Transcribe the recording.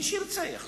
מי שירצה, יחזור.